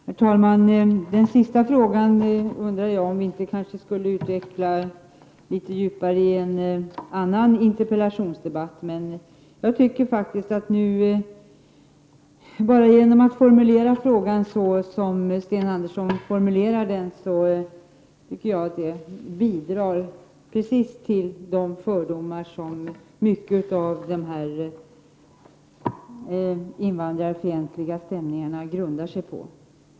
Herr talman! Den sista frågan bör vi kanske utveckla litet närmare i en annan interpellationsdebatt. Redan genom att formulera frågan på det sätt som Sten Andersson i Malmö gör tycker jag att han bidrar till de fördomar som mycket av de invandrarfientliga stämningarna grundar sig på.